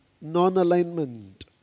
non-alignment